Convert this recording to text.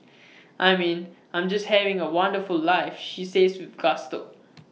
I mean I'm just having A wonderful life she says with gusto